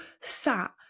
sat